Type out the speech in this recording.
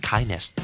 Kindness